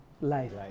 Life